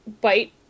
bite